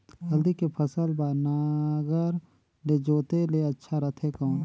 हल्दी के फसल बार नागर ले जोते ले अच्छा रथे कौन?